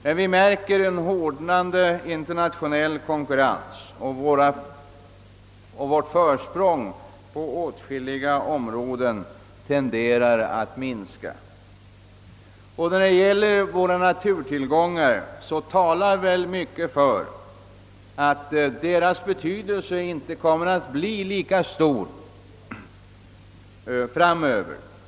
Men vi märker en hårdnande internationell konkurrens, och vårt försprång tenderar på åtskilliga områden att minska. När det gäller våra naturtillgångar talar mycket för att deras betydelse inte kommer att vara lika stor i framtiden som hittills.